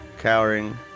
cowering